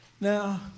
Now